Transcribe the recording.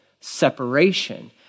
separation